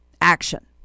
action